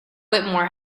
whittemore